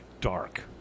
dark